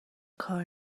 کار